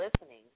listening